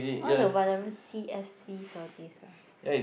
all the whatever c_f_cs all these ah